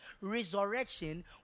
resurrection